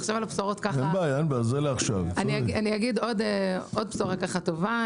אני אגיד עוד בשורה טובה.